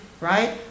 right